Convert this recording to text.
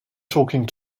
talking